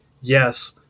yes